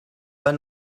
pas